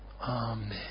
Amen